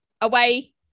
away